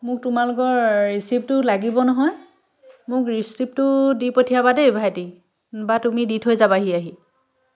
মোক তোমালোকৰ ৰিচিপ্টটো লাগিব নহয় মোক ৰিচিপ্টটো দি পঠিয়াবা দেই ভাইটি বা তুমি দি থৈ যাবাহি আহি